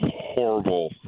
horrible